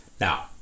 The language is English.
Now